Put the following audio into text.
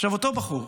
עכשיו, אותו בחור,